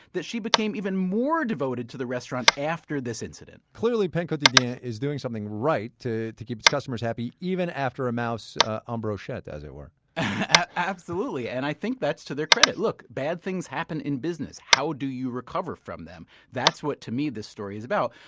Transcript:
that she became even more devoted to the restaurant after this incident clearly le pain quotidien yeah is doing something right to to keep its customers happy, even after a mouse en ah um brochette, as it were absolutely. and i think that's to their credit. look, bad things happen in business. how do you recover from them? that's what to me this story is about.